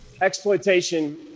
Exploitation